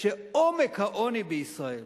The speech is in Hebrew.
שעומק העוני בישראל